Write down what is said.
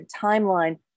timeline